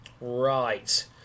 Right